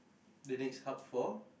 the next hub for